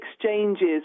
exchanges